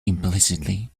implicitly